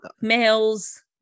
males